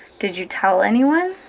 did you tell anyone?